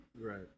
Right